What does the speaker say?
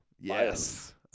Yes